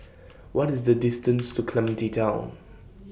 What IS The distance to Clementi Town